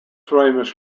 famous